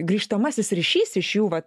grįžtamasis ryšys iš jų vat